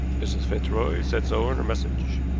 mrs. fitzroy said so in her message,